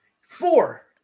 four